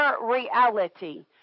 reality